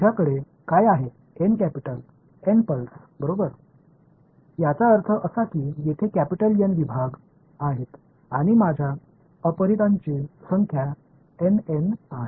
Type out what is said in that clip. माझ्याकडे काय आहे एन कॅपिटल एन पल्स बरोबर याचा अर्थ असा की येथे कॅपिटल एन विभाग आहेत आणि माझ्या अपरिचितांची संख्या एन एन आहे